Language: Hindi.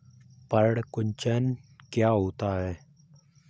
पर्ण कुंचन क्या होता है?